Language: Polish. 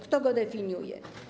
Kto go definiuje?